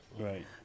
Right